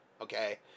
okay